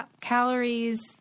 calories